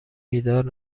بیدار